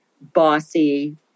bossy